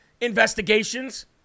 investigations